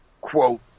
quote